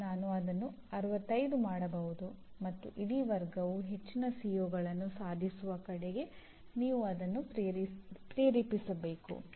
ನೀವು ನೋಡಿದರೆ ಉನ್ನತ ಶಿಕ್ಷಣ ಸಂಸ್ಥೆಯು ಇದು ದೃಷ್ಟಿ ಹೇಳಿಕೆಯನ್ನು ಹೊಂದಿರಬೇಕು